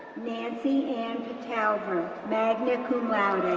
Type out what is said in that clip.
nancy ann petalver, magna cum laude,